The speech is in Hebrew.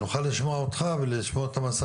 שיווק קטן של שתיים עשרה מגרשים בודדים.